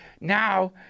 now